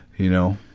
you know,